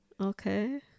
Okay